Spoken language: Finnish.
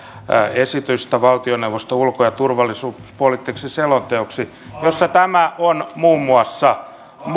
esitystä valtioneuvoston ulko ja turvallisuuspoliittiseksi selonteoksi johon tämä on muun muassa